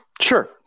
sure